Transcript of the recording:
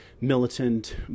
militant